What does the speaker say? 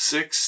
Six